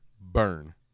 burn